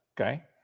Okay